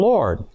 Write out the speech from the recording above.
Lord